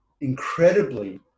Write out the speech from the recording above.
incredibly